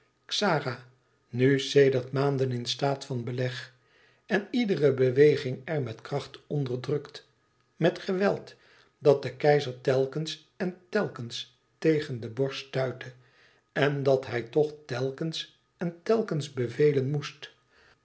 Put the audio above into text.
xara nu sedert maanden in staat van beleg en iedere beweging er met kracht onderdrukt met geweld dat de keizer telkens en telkens tegen de borst stuitte en dat hij toch telkens en telkens bevelen moest